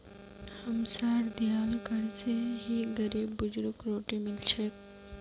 हमसार दियाल कर स ही गरीब बुजुर्गक रोटी मिल छेक